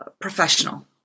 professional